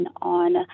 on